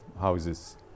houses